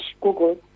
Google